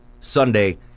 Sunday